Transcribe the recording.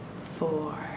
four